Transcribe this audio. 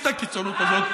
אקרא לזה תת"ם: תרבות,